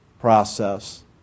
process